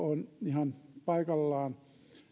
on ihan paikallaan